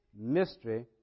mystery